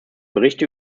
berichte